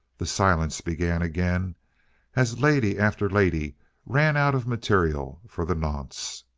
the silence began again as lady after lady ran out of material for the nonce.